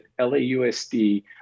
LAUSD